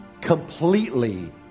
completely